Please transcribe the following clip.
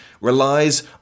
relies